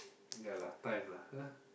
yea lah time lah ah